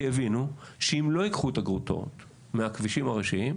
כי הבינו שאם לא ייקחו את הגרוטאות מהכבישים הראשיים,